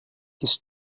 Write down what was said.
his